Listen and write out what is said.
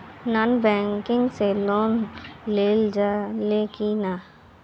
Non banking से loan लेल जा ले कि ना?